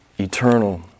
eternal